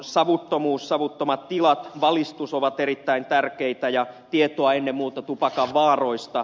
savuttomuus savuttomat tilat valistus ovat erittäin tärkeitä ja tieto ennen muuta tupakan vaaroista